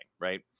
right